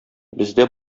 бездә